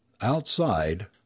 Outside